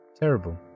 Terrible